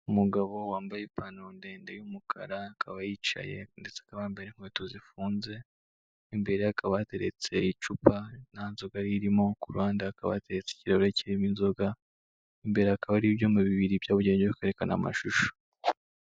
Umugabo wambaye ipantaro ndende y'umukara, akaba yicaye ndetse akaba yambaye n'inkweto zifunze, imbere ye hakaba hateretse icupa nta nzo irimo, ku ruhande hakaba hateretse ikirahuri kirimo inzoga, imbere hakaba hari ibyuma bibiri byabugenewe byo kwerekana amashuso.